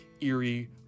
eerie